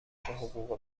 حقوق